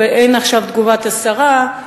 ואין עכשיו תגובת השרה.